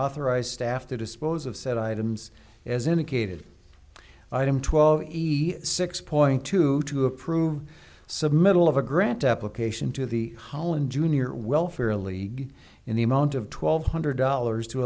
authorized staff to dispose of said items as indicated item twelve six point two two approved submittal of a grant application to the holland junior welfare league in the amount of twelve hundred dollars to